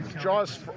Jaws